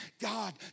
God